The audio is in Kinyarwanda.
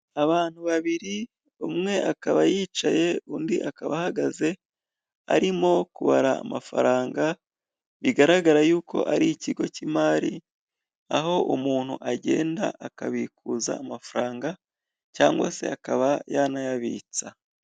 Abantu babiri umwe akaba yicaye, undi akaba ahagaze arimo kubara amafaranga, bigaragara y'uko ari ikigo cy'imari aho umuntu agenda akabikuza amafaranga, cyangwa se akaba yanayabitsa.